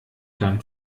dann